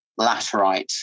laterite